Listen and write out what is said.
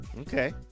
Okay